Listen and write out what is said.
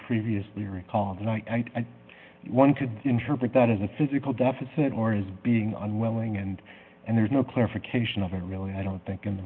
previously recalled like and one could interpret that as a physical deficit or is being unwilling and and there's no clarification of it really i don't think